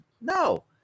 No